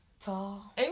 tall